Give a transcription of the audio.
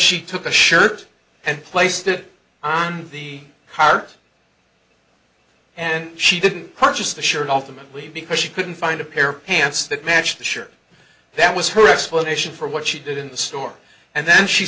she took the shirt and placed it on the heart and she didn't purchase the shirt off them and leave because she couldn't find a pair of pants that matched the shirt that was her explanation for what she did in the store and then she